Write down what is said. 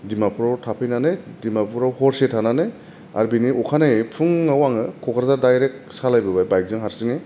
डिमापुराव थाफैनानै डिमापुराव हरसे थानानै आरो बिनि अखा नायै फुङाव आङो क'क्राझार दाइरेक सालायबोबाय बाइकजों हारसिङै